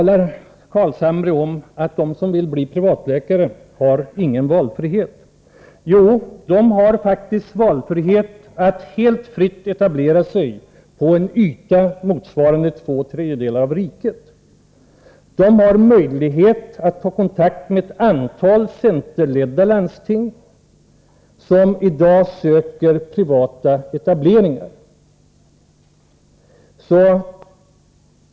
Nils Carlshamre säger att de som vill bli privatläkare inte har någon valfrihet. Jo, de har faktiskt valfrihet. De kan helt fritt etablera sig på en yta motsvarande två tredjedelar av riket. De har möjlighet att ta kontakt med ett antal centerledda landsting som i dag söker privata etableringar.